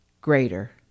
greater